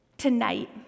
tonight